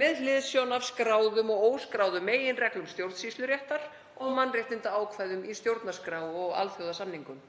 með hliðsjón af skráðum og óskráðum meginreglum stjórnsýsluréttar og mannréttindaákvæðum í stjórnarskrá og alþjóðasamningum.